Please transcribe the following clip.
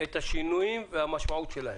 את השינויים והמשמעות שלהם,